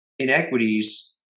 Inequities